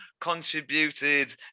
Contributed